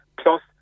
Plus